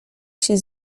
się